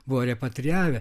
buvo repatrijavę